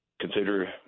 consider